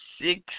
six